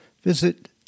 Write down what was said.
visit